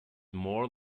more